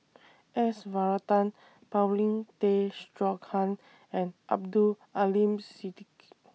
S Varathan Paulin Tay Straughan and Abdul Aleem Siddique